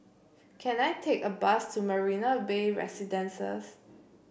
can I take a bus to Marina Bay Residences